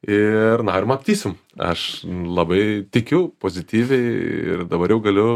ir na ir matysim aš labai tikiu pozityviai ir dabar jau galiu